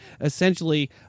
Essentially